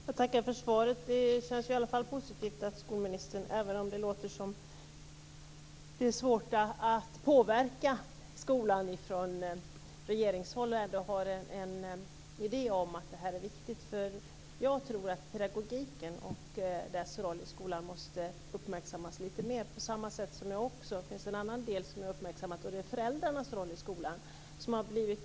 Fru talman! Jag tackar för svaret. Det känns i alla fall positivt att skolministern har en idé om att det här är viktigt, även om det låter som om det är svårt att från regeringshåll påverka skolan. Jag tror att pedagogiken och dess roll i skolan måste uppmärksammas lite mer. På samma sätt är det med en annan del som jag har uppmärksammat. Det är föräldrarnas roll i skolan.